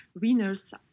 winners